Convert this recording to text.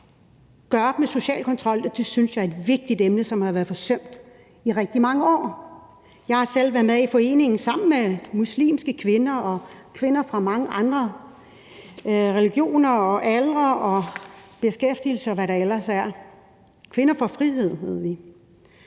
gøre op med social kontrol, og det synes jeg er et vigtigt emne, som har været forsømt i rigtig mange år. Jeg har selv været med i foreningen sammen med muslimske kvinder og kvinder fra mange andre religioner og aldre og beskæftigelser, og hvad der ellers er, Kvinder for Frihed hedder